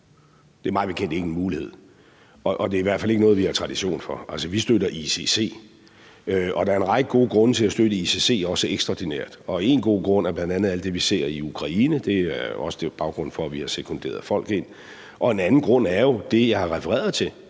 Det er mig bekendt ikke en mulighed. Og det er i hvert fald ikke noget, vi har tradition for. Altså, vi støtter ICC, og der er en række gode grunde til at støtte ICC også ekstraordinært, og én god grund er bl.a. alt det, vi ser i Ukraine, og det er også baggrunden for, at vi har sekunderet folk ind. En anden grund er jo det, jeg har refereret til,